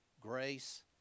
Grace